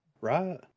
right